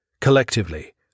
collectively